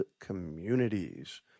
communities